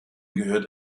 gehört